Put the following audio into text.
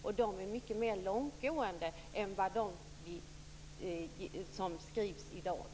Dessa förslag är mycket mer långtgående än de som skrivs i dag.